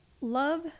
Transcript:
love